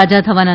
સાજા થવાના